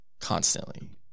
constantly